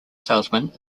salesman